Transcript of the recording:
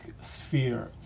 sphere